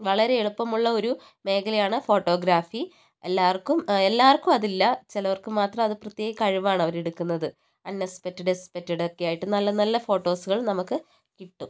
വളരെ എളുപ്പമുള്ള ഒരു മേഖലയാണ് ഫോട്ടോഗ്രാഫി എല്ലാവർക്കും എല്ലാവർക്കും അതില്ല ചിലവർക്ക് മാത്രമേ അത് പ്രത്യേക കഴിവാണ് അവർ എടുക്കുന്നത് അൺ എക്സ്പെക്ടഡ് എക്സ്പെക്ടഡ് ഒക്കെയായിട്ട് നല്ല നല്ല ഫോട്ടോസുകൾ നമുക്ക് കിട്ടും